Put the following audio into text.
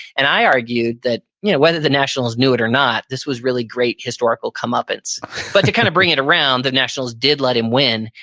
and i argued that you know whether the nationals knew it or not this was really great historical comeuppance but to kind of bring it around, the nationals did let him win,